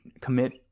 commit